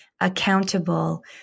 accountable